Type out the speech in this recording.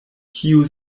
kiu